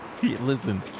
Listen